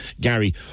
Gary